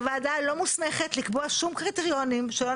הוועדה לא מוסמכת לקבוע שום קריטריונים שלא